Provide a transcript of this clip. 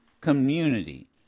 community